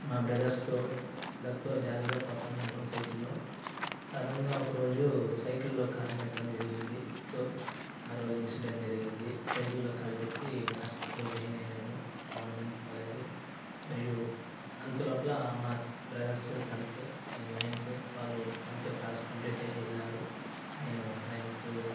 మా బ్రదర్స్తో అందరుతో జాలిగా పోతు ఉన్నాను సైకిల్లో సడెన్గా ఒక రోజు సైకిల్లో కాలు పెట్టడం జరిగింది సో ఆరోజు ఇన్సిడెంట్ జరిగింది సైకిల్లో కాలు బెట్టి హాస్పిటల్లో జాయిన్ అయినాను అప్పుడు వన్ మంత్ పోలేదు మరియు అంతలోపల మా బ్రదర్సు టెంత్ నేను నైంతు వాళ్ళు టెంత్ క్లాస్ కంప్లీట్ అయ్యి వెళ్ళినారు నేను నైంతు